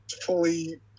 fully